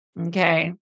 Okay